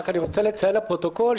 אני רק רוצה לציין לפרוטוקול,